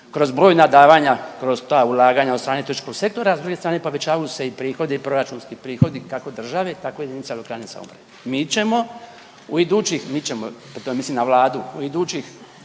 kroz brojna davanja kroz ta ulaganja od strane turističkog sektora, a s druge strane povećavaju se i prihodi, proračunski prihodi kako države tako i jedinica lokalne samouprave. Mi ćemo u idućih, mi ćemo tu mislim na Vladu u idućih